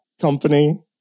Company